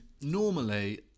Normally